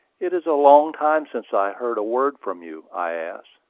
it is a long time since i heard a word from you, i asked.